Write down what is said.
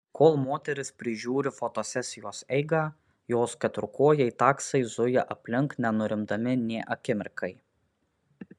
kol moteris prižiūri fotosesijos eigą jos keturkojai taksai zuja aplink nenurimdami nė akimirkai